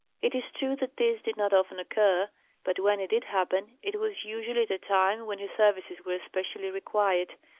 it is true that this did not often occur but when it did happen, it was usually at a time when his services were especially required.